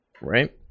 Right